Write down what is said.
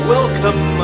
Welcome